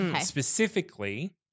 Specifically